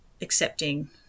accepting